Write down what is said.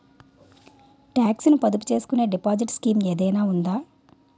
Talks ను పొదుపు చేసుకునే డిపాజిట్ స్కీం ఏదైనా ఉందా?